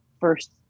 first